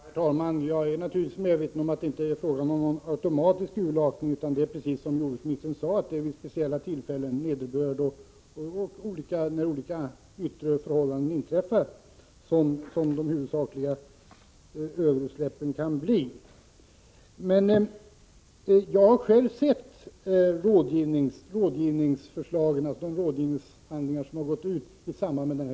Herr talman! Jag är naturligtvis medveten om att det inte är fråga om någon automatisk utlakning. Det är, precis som jordbruksministern sade, vid speciella tillfällen, med nederbörd eller annan yttre påverkan, som de viktigaste utsläppen kan inträffa. Jag har sett förslaget till rådgivning beträffande gödsling vid veteodling.